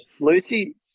Lucy